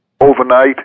overnight